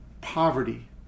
poverty